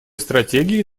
стратегии